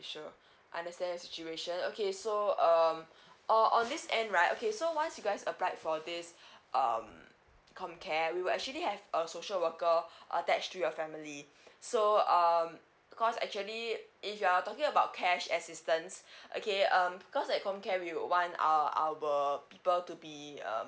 sure I understand your situation okay so um on on this end right okay so once you guys applied for this um comcare we will actually have a social worker attached to your family so um because actually if you are talking about cash assistance okay um because at comcare we want our our people to be um